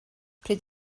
pryd